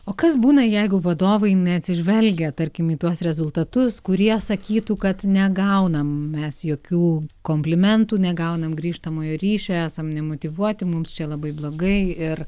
o kas būna jeigu vadovai neatsižvelgę tarkim į tuos rezultatus kurie sakytų kad negaunam mes jokių komplimentų negaunam grįžtamojo ryšio esam nemotyvuoti mums čia labai blogai ir